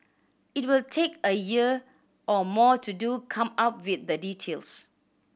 it will take a year or more to do come up with the details